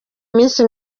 minsi